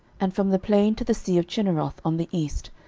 and from the plain to the sea of chinneroth on the east,